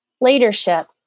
Leadership